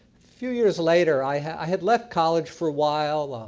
few years later, i had i had left college for awhile, ah